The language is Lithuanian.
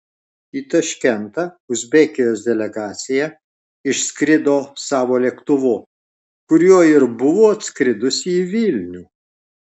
į taškentą uzbekijos delegacija išskrido savo lėktuvu kuriuo ir buvo atskridusi į vilnių